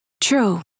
True